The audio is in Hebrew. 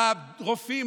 הרופאים,